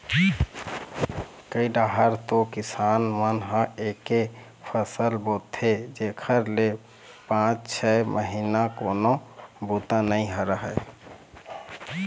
कइ डाहर तो किसान मन ह एके फसल बोथे जेखर ले पाँच छै महिना कोनो बूता नइ रहय